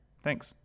Thanks